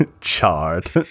charred